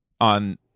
on